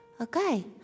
Okay